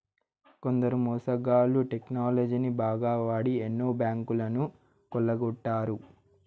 కొందరు మోసగాళ్ళు టెక్నాలజీని బాగా వాడి ఎన్నో బ్యాంకులను కొల్లగొట్టారు